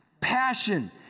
Passion